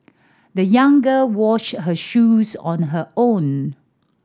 the young girl washed her shoes on her own